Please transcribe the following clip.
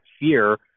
fear